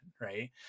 right